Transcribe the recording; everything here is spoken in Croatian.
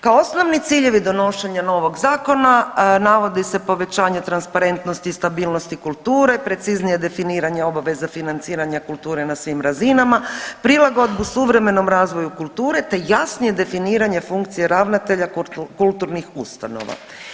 Kao osnovni ciljevi donošenja novog zakona navodi se povećanje transparentnosti i stabilnosti kulture, preciznije definiranje obaveza financiranja kulture na svim razinama, prilagodbu suvremenom razvoju kulture te jasnije definiranje funkcije ravnatelja kulturnih ustanova.